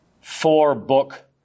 four-book